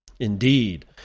Indeed